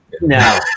No